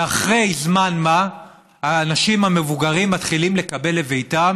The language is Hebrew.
ואחרי זמן מה האנשים המבוגרים מתחילים לקבל לביתם